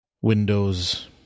windows